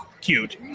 cute